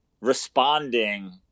responding